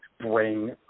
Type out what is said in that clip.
bring